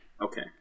Okay